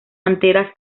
anteras